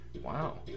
Wow